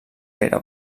gaire